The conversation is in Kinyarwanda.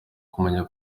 kumenya